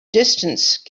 distance